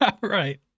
Right